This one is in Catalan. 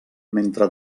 mentre